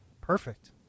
Perfect